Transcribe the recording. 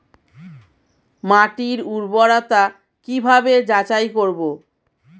মাটির উর্বরতা কি ভাবে যাচাই করব?